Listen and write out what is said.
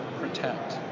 protect